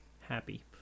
happy